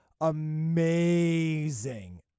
amazing